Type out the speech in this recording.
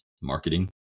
marketing